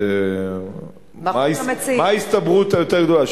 מה ההסתברות היותר-גדולה,